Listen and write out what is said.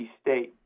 State